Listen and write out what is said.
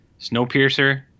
Snowpiercer